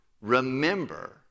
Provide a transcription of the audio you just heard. remember